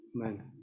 amen